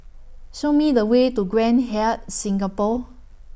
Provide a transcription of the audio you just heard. Show Me The Way to Grand Hyatt Singapore